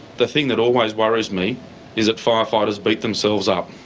the thing that always worries me is that fire fighters beat themselves up,